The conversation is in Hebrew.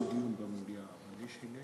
והמדינה הזאת צריכה להחליט - סדר